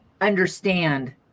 understand